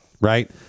right